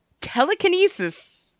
telekinesis